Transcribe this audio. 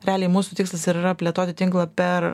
realiai mūsų tikslas ir yra plėtoti tinklą per